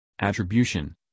Attribution